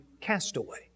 Castaway